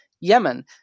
Yemen